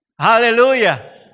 Hallelujah